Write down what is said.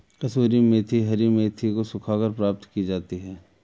कसूरी मेथी हरी मेथी को सुखाकर प्राप्त की जाती है